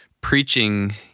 preaching